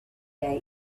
day